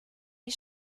die